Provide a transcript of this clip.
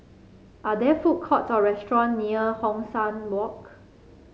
are there food courts or restaurant near Hong San Walk